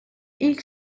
ilk